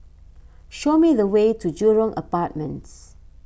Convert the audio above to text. show me the way to Jurong Apartments